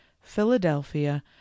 philadelphia